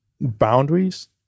boundaries